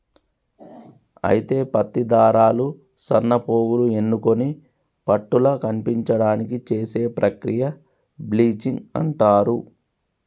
అయితే పత్తి దారాలు సన్నపోగులు ఎన్నుకొని పట్టుల కనిపించడానికి చేసే ప్రక్రియ బ్లీచింగ్ అంటారు